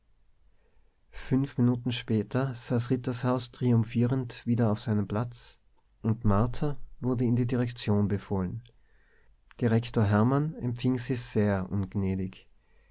fünf minuten später saß rittershaus triumphierend wieder auf seinem platz und martha wurde in die direktion befohlen direktor hermann empfing sie sehr ungnädig